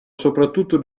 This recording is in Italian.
soprattutto